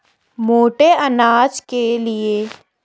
मोटे अनाज के क्या क्या फायदे हैं?